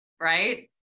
Right